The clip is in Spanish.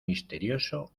misterioso